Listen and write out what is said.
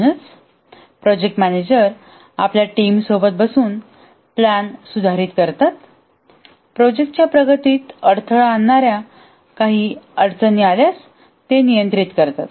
म्हणूनच project manager आपल्या team सोबत बसून प्लॅन सुधारित करतातप्रोजेक्ट च्या प्रगतीत अडथळा आणणाऱ्या काही अडचणी आल्यास ते नियंत्रित करतात